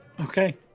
Okay